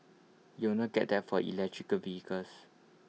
you will not get that for electrical vehicles